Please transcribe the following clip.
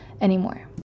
anymore